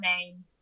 name